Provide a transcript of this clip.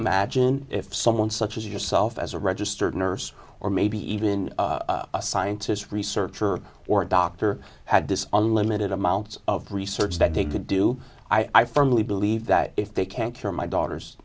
imagine if someone such as yourself as a registered nurse or maybe even a scientist researcher or a doctor had this unlimited amounts of research that they could do i firmly believe that if they can cure my daughter's